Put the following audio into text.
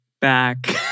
back